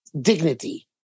dignity